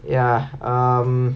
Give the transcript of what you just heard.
ya um